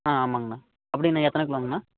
ஆ ஆமாங்கண்ணா அப்படின்னா எத்தனை கிலோங்கண்ணா